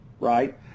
right